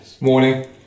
Morning